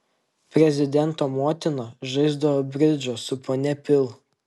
prezidento motina žaisdavo bridžą su ponia pil